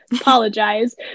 Apologize